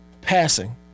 passing